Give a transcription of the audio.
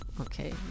Okay